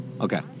Okay